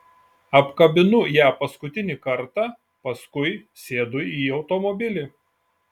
apkabinu ją paskutinį kartą paskui sėdu į automobilį